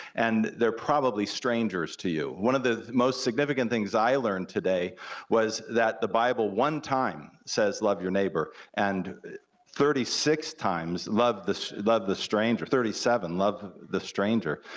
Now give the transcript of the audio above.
and they're probably strangers to you. one of the most significant things i learned today was that the bible, one time, says love your neighbor, and thirty six times love the love the stranger, thirty seven, love the stranger.